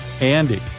Andy